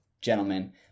gentlemen